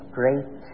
great